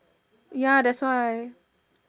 ya that's why